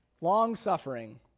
long-suffering